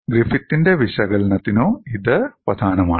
ഗ്രിഫിത്തിന്റെ വിശകലനത്തിനു ഇത് പ്രധാനമാണ്